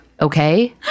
Okay